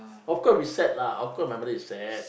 of course we sad lah of course my mother is sad